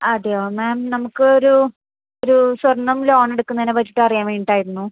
അതെയോ മാം നമുക്കൊരു ഒരു സ്വർണം ലോണെടുക്കുന്നതിനെ പറ്റിയിട്ടറിയാൻ വേണ്ടിയിട്ടായിരുന്നു